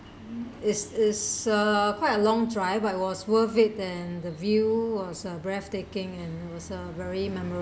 is is uh quite a long drive but was worth it and the view was breathtaking and was a very